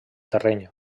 terreny